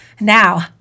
Now